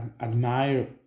admire